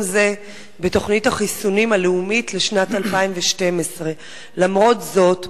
זה בתוכנית החיסונים הלאומית לשנת 2012. למרות זאת,